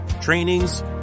trainings